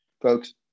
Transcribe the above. Folks